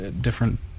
different